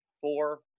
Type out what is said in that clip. four